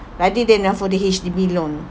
rather than uh for the H_D_B loan